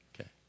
Okay